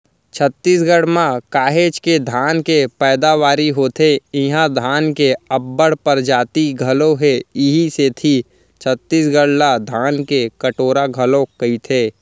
छत्तीसगढ़ म काहेच के धान के पैदावारी होथे इहां धान के अब्बड़ परजाति घलौ हे इहीं सेती छत्तीसगढ़ ला धान के कटोरा घलोक कइथें